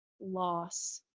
loss